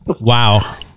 Wow